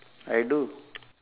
I do